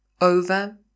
over